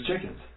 chickens